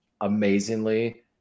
amazingly